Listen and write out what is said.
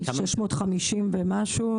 650 ומשהו,